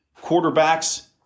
quarterbacks